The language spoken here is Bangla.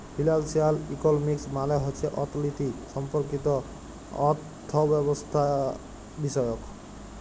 ফিলালসিয়াল ইকলমিক্স মালে হছে অথ্থলিতি সম্পর্কিত অথ্থব্যবস্থাবিষয়ক